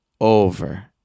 over